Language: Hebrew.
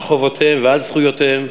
על חובותיהם ועל זכויותיהם.